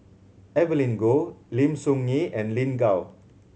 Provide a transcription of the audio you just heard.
Evelyn Goh Lim Soo Ngee and Lin Gao